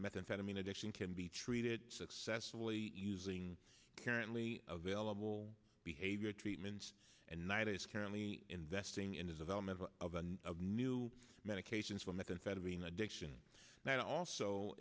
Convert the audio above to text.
methamphetamine addiction can be treated successfully using currently available behavior treatments and neither is currently investing in the development of new medications for methamphetamine addiction and also